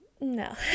no